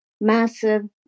massive